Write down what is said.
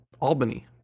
Albany